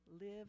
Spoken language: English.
live